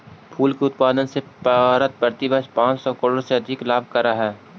फूल के उत्पादन से भारत प्रतिवर्ष पाँच सौ करोड़ से अधिक लाभ करअ हई